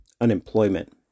unemployment